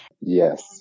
Yes